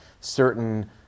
certain